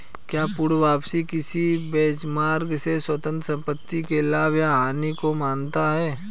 क्या पूर्ण वापसी किसी बेंचमार्क से स्वतंत्र संपत्ति के लाभ या हानि को मापता है?